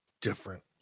different